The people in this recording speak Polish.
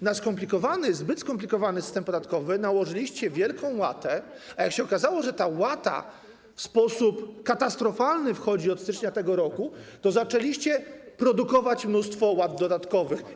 Na zbyt skomplikowany system podatkowy nałożyliście wielką łatę, a jak się okazało, że ta łata w sposób katastrofalny wchodzi od stycznia tego roku, to zaczęliście produkować mnóstwo łat dodatkowych.